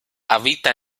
habita